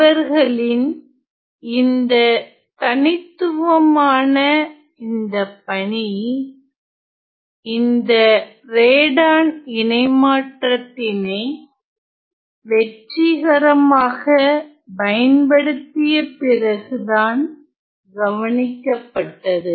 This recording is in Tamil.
இவர்களின் இந்த தனித்துவமான இந்த பணி இந்த ரேடான் இணைமாற்றத்தினை வெற்றிகரமாக பயன்படுத்தியபிறகுதான் கவனிக்கப்பட்டது